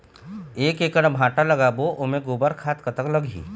एक एकड़ भांटा लगाबो ओमे गोबर खाद कतक लगही?